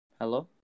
Hello